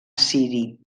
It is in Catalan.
assiri